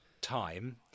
time